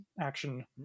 action